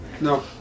No